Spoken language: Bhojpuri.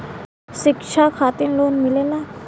शिक्षा खातिन लोन मिलेला?